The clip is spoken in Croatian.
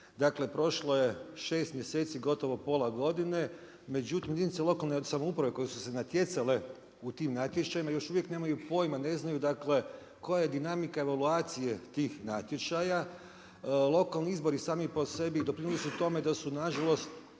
Dakle prošlo je šest mjeseci, gotovo pola godine međutim jedinice lokalne samouprave koje su se natjecale u tim natječajima još uvijek nemaju pojma, ne znaju koja je dinamika evaluacije tih natječaja. Lokalni izbori sami po sebi doprinose tome da su nažalost